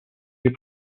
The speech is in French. fait